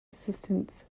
assistant